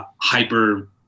Hyper